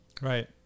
Right